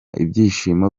ibyishimo